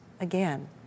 again